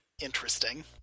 interesting